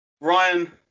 Ryan